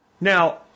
Now